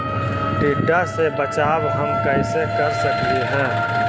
टीडा से बचाव हम कैसे कर सकली हे?